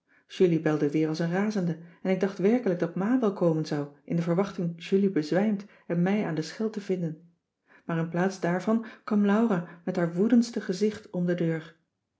belde weer als een razende en ik dacht werkelijk dat ma wel komen zou in de verwachting julie bezwijmd en mij aan de schel te vinden maar inplaats daarvan kwam laura met haar woedendste gezicht om de deur